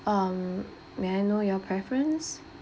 um may I know your preference